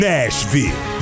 Nashville